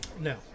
No